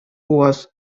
was